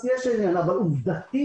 אבל עובדתית,